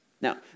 Now